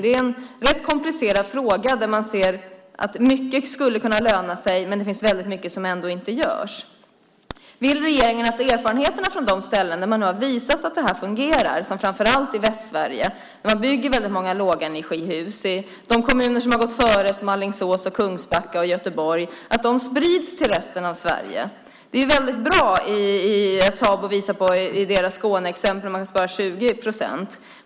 Det är en rätt komplicerad fråga där mycket skulle löna sig men där det finns mycket som inte görs. Vill regeringen ta vara på erfarenheterna från de ställen där detta har visat sig fungera, framför allt i Västsverige, där många lågenergihus byggs? Det finns kommuner som har gått före, till exempel Alingsås, Kungsbacka och Göteborg. Ska de spridas till resten av Sverige? Sabo har visat sitt Skåneexempel där man har sparat 20 procent.